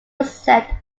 insect